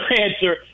answer